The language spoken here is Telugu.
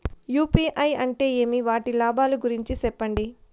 యు.పి.ఐ అంటే ఏమి? వాటి లాభాల గురించి సెప్పండి?